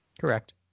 Correct